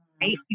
right